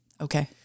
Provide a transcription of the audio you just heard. okay